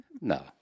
No